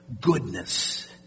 goodness